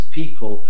people